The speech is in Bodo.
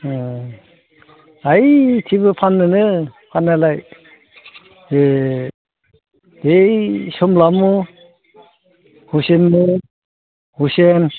उम हैथिंबो फानोनो फाननायालाय ए बै सोमब्लामो